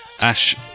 Ash